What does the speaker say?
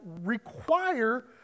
require